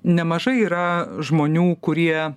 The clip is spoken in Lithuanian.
nemažai yra žmonių kurie